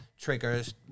triggers